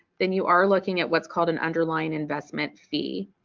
then you are looking at what's called an underlying investment fee,